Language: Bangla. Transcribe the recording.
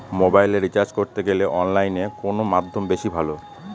মোবাইলের রিচার্জ করতে গেলে অনলাইনে কোন মাধ্যম বেশি ভালো?